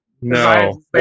No